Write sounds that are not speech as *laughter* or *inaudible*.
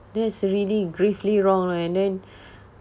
that's really gravely wrong lah and then *breath*